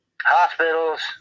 hospitals